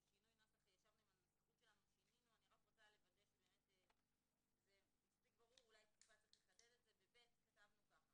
שישבנו עם הנסחות שלנו ואני רוצה לבדוק שהשינוי ברור לכל: (ב)אין